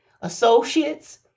associates